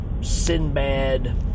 Sinbad